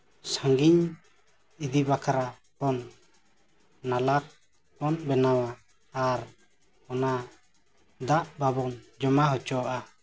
ᱥᱟᱺᱜᱤᱧ ᱤᱫᱤ ᱵᱟᱠᱷᱨᱟ ᱵᱚᱱ ᱱᱟᱞᱟ ᱵᱚᱱ ᱵᱮᱱᱟᱣᱟ ᱟᱨ ᱚᱱᱟ ᱫᱟᱜ ᱵᱟᱵᱚᱱ ᱡᱚᱢᱟ ᱦᱚᱪᱚᱣᱟᱜᱼᱟ